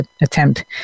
attempt